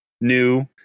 new